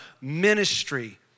ministry